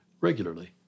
regularly